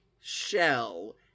shell